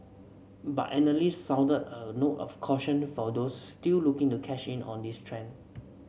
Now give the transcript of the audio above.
but analysts sounded a note of caution for those still looking a cash in on this trend